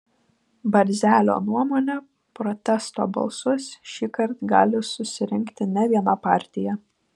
barzelio nuomone protesto balsus šįkart gali susirinkti ne viena partija